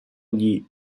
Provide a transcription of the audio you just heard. gli